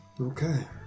Okay